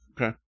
Okay